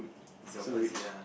is the opposite lah